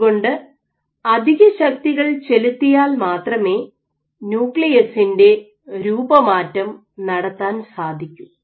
അതുകൊണ്ട് അധിക ശക്തികൾ ചെലുത്തിയാൽ മാത്രമേ ന്യൂക്ലിയസിന്റെ രൂപമാറ്റം നടത്താൻ സാധിക്കൂ